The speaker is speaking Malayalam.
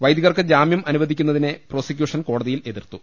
വൈദികർക്ക് ജാമ്യം അനുവദിക്കുന്നതിന് പ്രോസിക്യൂഷൻ കോടതിയിൽ എതിർത്തു